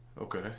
okay